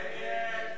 בעד, 15, נגד,